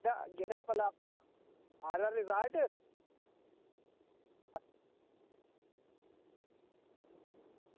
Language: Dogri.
जेह्ड़ा भला अपना आर्यन रिजार्ट